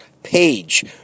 page